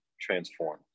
transform